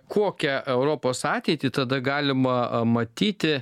kokią europos ateitį tada galima matyti